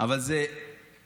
אבל זה להבטיח,